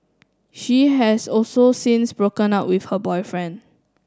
she has also since broken up with her boyfriend